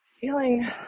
feeling